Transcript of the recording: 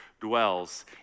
dwells